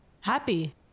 Happy